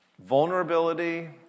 Vulnerability